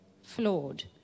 flawed